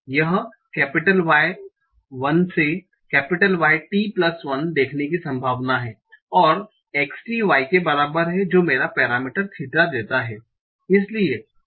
यह Y 1 से Y t1देखने की संभावना है और x t i के बराबर है जो मेरा पैरामीटर थीटा देंता हैं